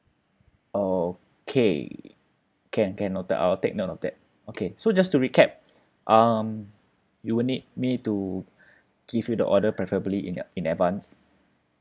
okay can can noted I'll take note of that okay so just to recap um you will need me to give you the order preferably in ad~ in advance